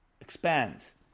expands